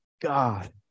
God